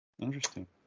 Interesting